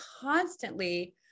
constantly